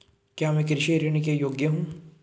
क्या मैं कृषि ऋण के योग्य हूँ?